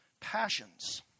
passions